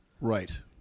Right